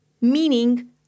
Meaning